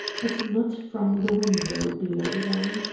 but not from the window below them.